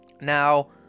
Now